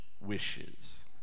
wishes